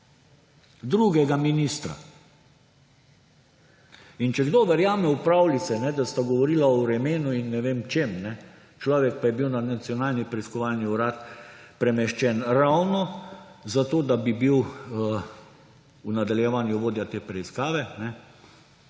drugega ministra?! In če kdo verjame v pravljice, da sta govorila o vremenu in ne vem čem, človek pa je bil na Nacionalni preiskovalni urad premeščen ravno zato, da bi bil v nadaljevanju vodja te preiskave,